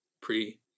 pre